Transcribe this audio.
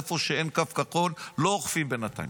איפה שאין קו כחול לא אוכפים בינתיים.